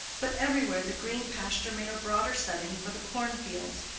but everywhere the green pasture made a broader setting for the corn-fields,